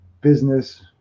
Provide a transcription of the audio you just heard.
business